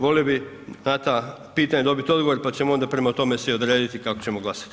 Volio bih na ta pitanja dobiti odgovor pa ćemo onda prema tome si odrediti kako ćemo glasati.